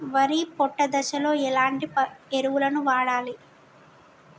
వరి పొట్ట దశలో ఎలాంటి ఎరువును వాడాలి?